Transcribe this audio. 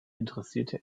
interessierte